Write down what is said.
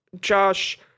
Josh